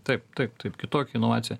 taip taip taip kitokią inovaciją